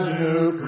new